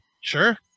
Sure